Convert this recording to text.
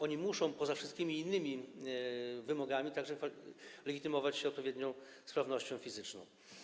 Oni muszą poza wszystkimi innymi wymogami legitymować się także odpowiednią sprawnością fizyczną.